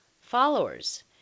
followers